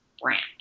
brand